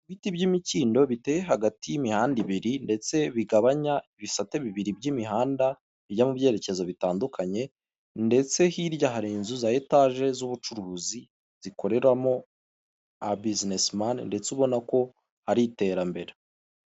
Ibiti by'imikindo, biteye hagati y'imihanda ibiri, ndetse bigabanya ibisate bibiri by'imihandajya bijya mu byerekezo bitandukanye, ndetse hirya hari inzu za etaje, z'ubucuruzi, zikoreramo ababizinesimani, ndetse ubona ko hari iterambere.